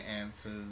answers